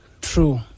True